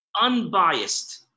unbiased